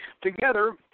Together